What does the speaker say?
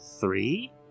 three